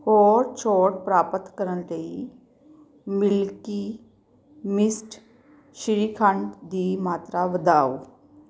ਹੋਰ ਛੋਟ ਪ੍ਰਾਪਤ ਕਰਨ ਲਈ ਮਿਲਕੀ ਮਿਸਟ ਸ਼੍ਰੀਖੰਡ ਦੀ ਮਾਤਰਾ ਵਧਾਓ